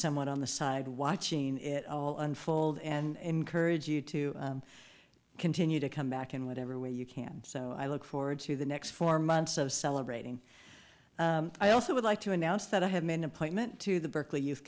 somewhat on the side watching it all unfold and courage you to continue to come back in whatever way you can so i look forward to the next four months of celebrating i also would like to announce that i have many appointment to the berkeley you